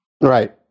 Right